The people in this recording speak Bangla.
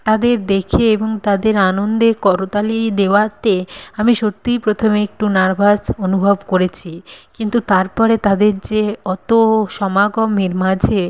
তাদের দেখে এবং তাদের আনন্দে করতালি দেওয়াতে আমি সত্যিই প্রথমে একটু নার্ভাস অনুভব করেছি কিন্তু তারপরে তাদের যে অতো সমাগমের মাঝে